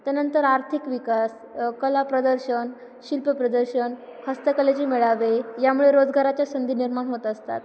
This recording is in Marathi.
त्यानंतर आर्थिक विकास कला प्रदर्शन शिल्प प्रदर्शन हस्तकलेचे मेळावे यामुळे रोजगाराच्या संधी निर्माण होत असतात